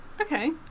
Okay